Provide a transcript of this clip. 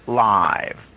live